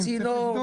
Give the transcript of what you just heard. אם צריך לקדוח.